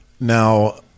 Now